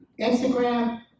Instagram